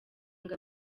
ngo